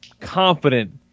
confident